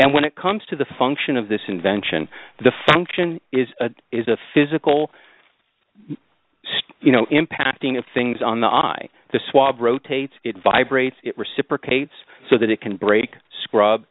and when it comes to the function of this invention the function is is a physical state you know impacting of things on the i the swab rotates it vibrates it reciprocates so that it can break scrub